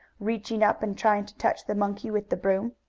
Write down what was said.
reaching up and trying to touch the monkey with the broom.